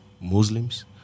Muslims